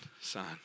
son